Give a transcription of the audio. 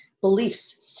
Beliefs